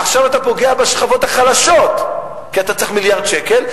עכשיו אתה פוגע בשכבות החלשות כי אתה צריך מיליארד שקל,